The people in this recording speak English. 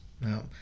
Now